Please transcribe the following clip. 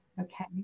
Okay